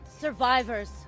Survivors